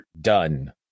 done